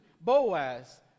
Boaz